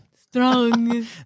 Strong